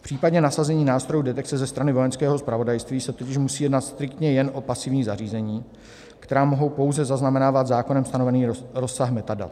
V případě nasazení nástrojů detekce ze strany Vojenského zpravodajství se tudíž musí jednat striktně jen o pasivní zařízení, která mohou pouze zaznamenávat zákonem stanovený rozsah metadat.